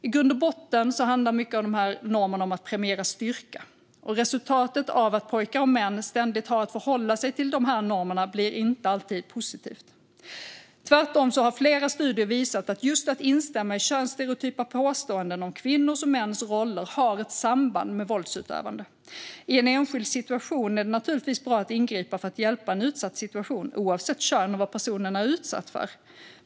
I grund och botten handlar mycket av de här normerna om att premiera styrka, och resultatet av att pojkar och män ständigt har att förhålla sig till dem blir inte alltid positivt. Tvärtom har flera studier visat att just att instämma i könsstereotypa påståenden om kvinnors och mäns roller har ett samband med våldsutövande. I en enskild situation är det naturligtvis bra att ingripa för att hjälpa någon i en utsatt situation, oavsett kön och vad personen är utsatt för.